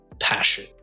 passion